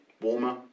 warmer